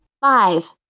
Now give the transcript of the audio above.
Five